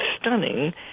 stunning